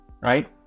right